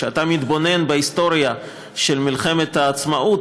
כשאתה מתבונן בהיסטוריה של מלחמת העצמאות,